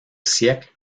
siècles